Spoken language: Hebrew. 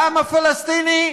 לעם הפלסטיני,